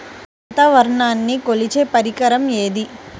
వాతావరణాన్ని కొలిచే పరికరం ఏది?